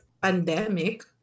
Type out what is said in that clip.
pandemic